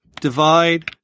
divide